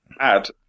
add